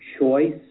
choice